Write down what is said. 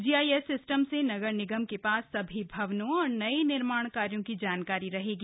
GIS system से नगर निगम के पास सभी भवनों और नए निर्माण कार्यों की जानकारी रहेगी